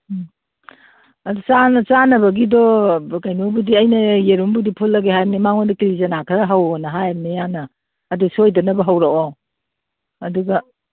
ꯎꯝ ꯑꯗꯨ ꯆꯥꯅꯕꯒꯤꯗꯣ ꯀꯩꯅꯣꯕꯨꯗꯤ ꯑꯩꯅ ꯌꯦꯔꯨꯝꯕꯨꯗꯤ ꯐꯨꯠꯂꯒꯦ ꯍꯥꯏꯕꯅꯤ ꯃꯉꯣꯟꯗ ꯀꯤꯂꯤ ꯆꯅꯥ ꯈꯔ ꯍꯧꯋꯣꯅ ꯍꯥꯏꯕꯅꯤ ꯑꯩꯍꯥꯛꯅ ꯑꯗꯨ ꯁꯣꯏꯗꯅꯕ ꯍꯧꯔꯛꯑꯣ ꯑꯗꯨꯒ